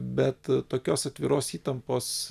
bet tokios atviros įtampos